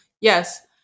Yes